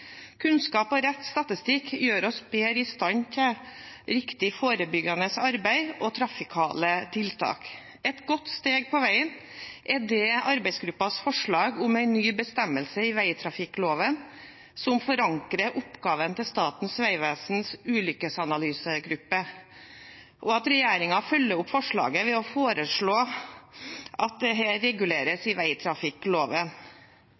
Kunnskap og rett statistikk gjør oss bedre i stand til riktig forebyggende arbeid og trafikale tiltak. Et godt steg på veien er arbeidsgruppens forslag om en ny bestemmelse i vegtrafikkloven som forankrer oppgaven til Statens vegvesens ulykkesanalysegruppe, og at regjeringen følger opp forslaget ved å foreslå at dette reguleres